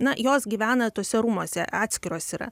na jos gyvena tuose rūmuose atskiros yra